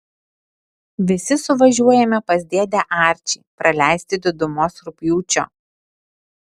visi suvažiuojame pas dėdę arčį praleisti didumos rugpjūčio